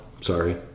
sorry